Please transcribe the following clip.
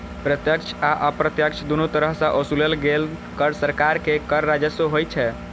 प्रत्यक्ष आ अप्रत्यक्ष, दुनू तरह सं ओसूलल गेल कर सरकार के कर राजस्व होइ छै